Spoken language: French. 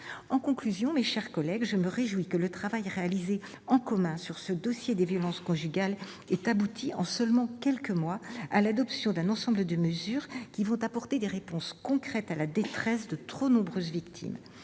proposées. Mes chers collègues, je me réjouis que le travail réalisé en commun sur ce dossier des violences conjugales ait abouti, en seulement quelques mois, à l'adoption d'un ensemble de mesures qui vont apporter des réponses concrètes à la détresse de trop nombreuses victimes.